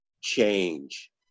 change